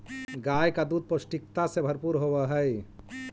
गाय का दूध पौष्टिकता से भरपूर होवअ हई